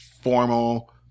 formal